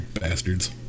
bastards